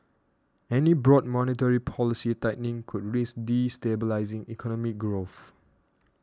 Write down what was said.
any broad monetary policy tightening could risk destabilising economic growth